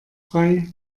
frei